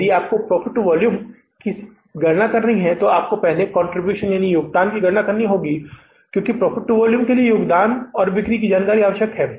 यदि आपको profit to volume की गणना करनी है तो आपको पहले योगदान की गणना करनी होगी क्योंकि प्रॉफिट टू वॉल्यूम के लिए योगदान और बिक्री की जानकारी की आवश्यकता होती है